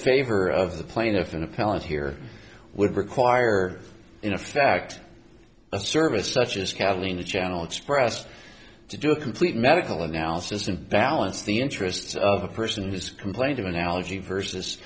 favor of the plaintiff an appellate here would require in a fact a service such as catalina channel expressed to do a complete medical analysis in balance the interests of a person who's complained of analogy versus